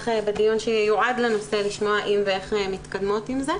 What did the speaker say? בדיון שיועד לנושא לשמוע אם ואיך מתקדמות עם זה.